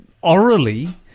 orally